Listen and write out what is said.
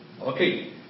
Okay